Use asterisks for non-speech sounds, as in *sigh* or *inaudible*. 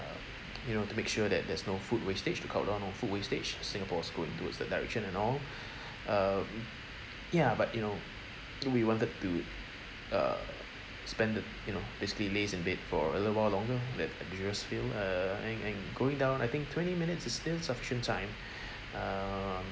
uh you know to make sure that there's no food wastage to cut down on food wastage singapore's going towards that direction and all *breath* um ya but you know we wanted to uh spend the you know basically laze in bed for a little while longer like we just feel uh and and going down I think twenty minutes is still sufficient time *breath* um